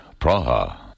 Praha